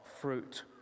fruit